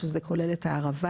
שזה כולל את הערבה.